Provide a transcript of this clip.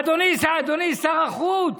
אדוני שר החוץ,